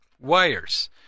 wires